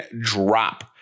drop